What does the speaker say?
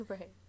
Right